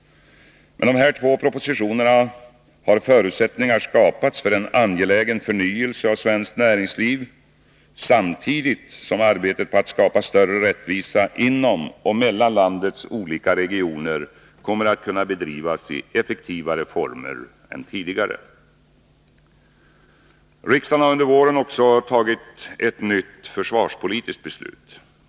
Med de här två propositionerna har förutsättningar skapats för en angelägen förnyelse av svenskt näringsliv, samtidigt som arbetet på att skapa större rättvisa inom och mellan landets olika regioner kommer att kunna bedrivas i effektivare former än tidigare. Riksdagen har under våren också fattat ett nytt försvarspolitiskt beslut.